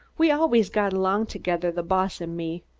we always got along together, the boss and me.